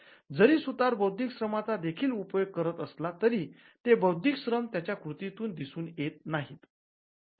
जरी सुतार बौद्धिक श्रमाचा देखील उपयोग करत असला तरी ते बौद्धिक श्रम त्या कृतीत दिसून येत नाहीत